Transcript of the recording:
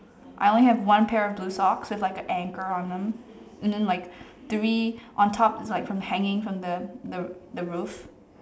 I only have one pair of blue socks there's like an anchor on them and then like three on top there's like from hanging from the the the roof